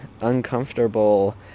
uncomfortable